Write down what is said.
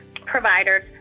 providers